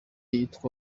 yitwa